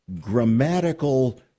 grammatical